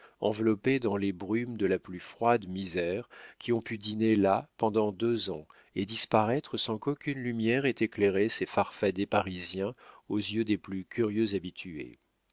enveloppés dans les brumes de la plus froide misère qui ont pu dîner là pendant deux ans et disparaître sans qu'aucune lumière ait éclairé ces farfadets parisiens aux yeux des plus curieux habitués